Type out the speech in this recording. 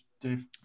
Dave